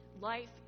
life